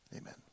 amen